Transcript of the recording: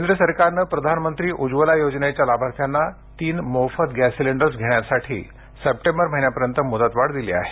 केंद्र सरकारने प्रधानमंत्री उज्ज्वला योजनेच्या लाभार्थ्यांना तीन मोफत गॅस सिलेंडर्स घेण्यासाठी सप्टेंबर महिन्यापर्यंत मुदतवाढ दिली आहे